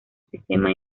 sistema